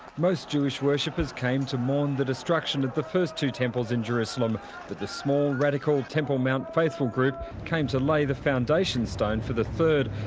most jewish worshippers came to mourn the destruction of the first two temples in jerusalem, but the small radical temple mount faithful group came to lay the foundation stone for the third,